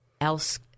else